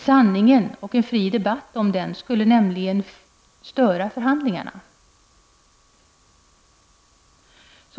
Sanningen och en fri debatt om denna skulle nämligen störa förhandlingarna.